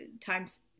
times